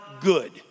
good